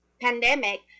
pandemic